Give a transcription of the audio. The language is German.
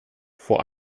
vor